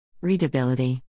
Readability